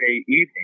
evening